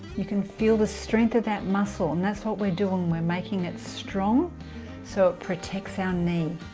you can feel the strength of that muscle and that's what we're doing we're making it strong so it protects our knee